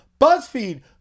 BuzzFeed